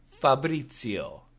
Fabrizio